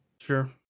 Sure